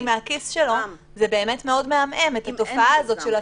מהכיס שלו זה באמת מאוד מעמעם את התופעה הזאת של הטרמפיסט.